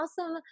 awesome